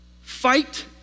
Fight